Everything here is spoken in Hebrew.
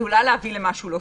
תוביל למשהו לא טוב.